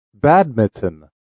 Badminton